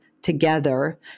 together